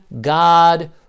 God